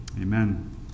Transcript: Amen